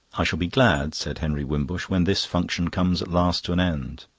i shall be glad, said henry wimbush, when this function comes at last to an end.